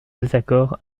désaccord